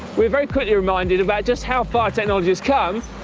we are very quickly reminded about just how far technology has come,